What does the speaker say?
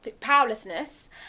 Powerlessness